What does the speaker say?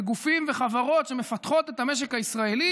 גופים וחברות שמפתחות את המשק הישראלי